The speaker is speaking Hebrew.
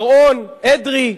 בר-און, אדרי.